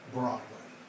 Broadway